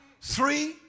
three